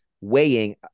weighing